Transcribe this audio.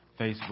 Facebook